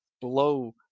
blow